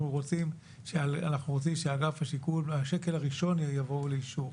אנחנו רוצים שאגף השיקום מהשקל הראשון יבואו לאישור.